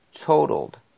totaled